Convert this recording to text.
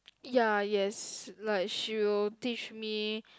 ya yes like she will teach me